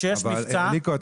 כשיש מבצע --- אליקו,